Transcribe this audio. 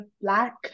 black